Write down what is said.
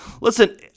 Listen